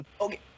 Okay